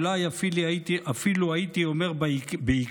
ואולי אפילו הייתי אומר בעיקר,